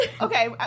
Okay